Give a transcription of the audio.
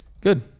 Good